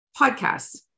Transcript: podcasts